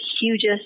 hugest